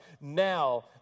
now